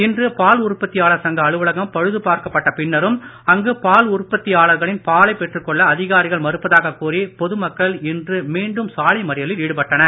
இன்று பால் உற்பத்தியாளர் சங்க அலுவலகம் பழுது பார்க்கப்பட்ட பின்னரும் அங்கு பால் உற்பத்தியாளர்களின் பாலைப் பெற்றுக் கொள்ள அதிகாரிகள் மறுப்பதாகக் கூறி பொது மக்கள் இன்று மீண்டும் சாலை மறியலில் ஈடுபட்டனர்